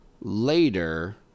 later